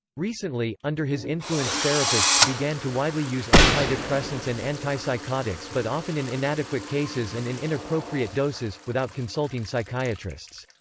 recently, under his influence therapists began to widely use antidepressants and antipsychotics but often in inadequate cases and in inappropriate doses, without consulting psychiatrists.